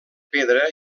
pedra